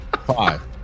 Five